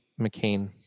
McCain